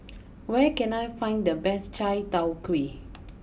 where can I find the best Chai tow Kuay